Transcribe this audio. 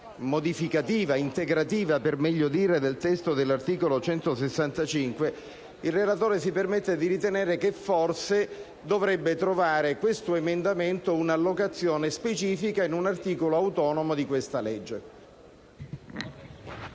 modificativa, integrativa - per meglio dire - del testo dell'articolo 165, il relatore si permette di ritenere che forse questo emendamento dovrebbe trovare un'allocazione specifica in un articolo autonomo di questa legge.